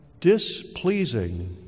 displeasing